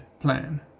plan